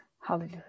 Hallelujah